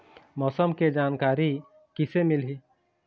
मौसम के जानकारी किसे मिलही?